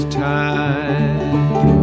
time